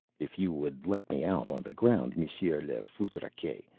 if you would let me out on the ground, monsieur le foutriquet,